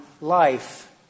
life